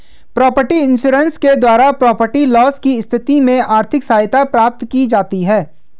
property insurance के द्वारा property loss की स्थिति में आर्थिक सहायता प्राप्त की जाती है